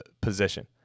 position